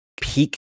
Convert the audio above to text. peak